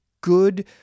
good